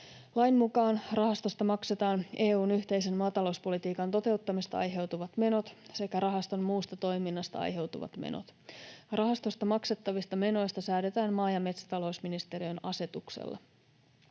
Lain mukaan rahastosta maksetaan EU:n yhteisen maatalouspolitiikan toteuttamisesta aiheutuvat menot sekä rahaston muusta toiminnasta aiheutuvat menot. Rahastosta maksettavista menoista säädetään maa- ja metsätalousministeriön asetuksella.